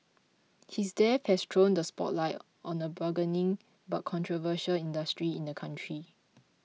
his death has thrown the spotlight on a burgeoning but controversial industry in the country